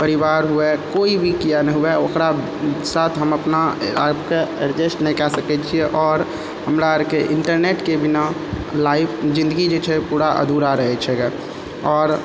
परिवार हुआ कोइ भी किया नहि हुआ ओकरा साथ हम अपना आपके एडजस्ट नहि कए सकै छियै आओर हमरा अरके इन्टरनेटके बिना लाइफ जिन्दगी जे छै पूरा अधूरा रहै छै आओर